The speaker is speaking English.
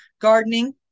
Gardening